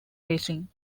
racing